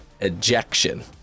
ejection